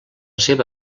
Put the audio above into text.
seva